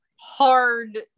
hard